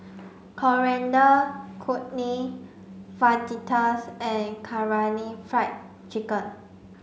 Coriander Chutney Fajitas and Karaage Fried Chicken